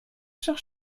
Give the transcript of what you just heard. sur